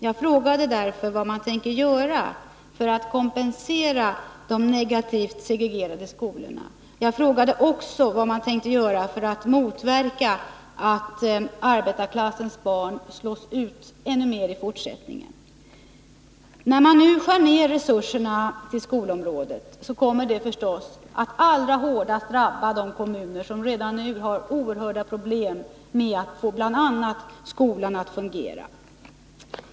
Jag frågade därför vad regeringen tänker göra för att kompensera de negativt segregerade skolorna. Jag frågade också vad regeringen tänker göra för att motverka att arbetarklassens barn i fortsättningen slås ut ännu oftare. När resurserna till skolans område nu skärs ned, så kommer det förstås att allra hårdast drabba de kommuner som redan nu har oerhörda problem med att få bl.a. skolan att fungera.